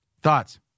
Thoughts